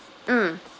mm